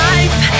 Life